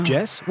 Jess